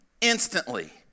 instantly